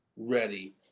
ready